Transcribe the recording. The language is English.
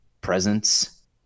presence